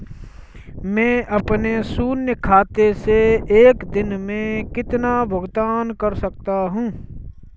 मैं अपने शून्य खाते से एक दिन में कितना भुगतान कर सकता हूँ?